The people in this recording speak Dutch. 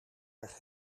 erg